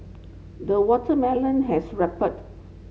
the watermelon has ripened